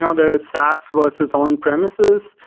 yeah and ah saas versus on-premises,